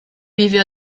vive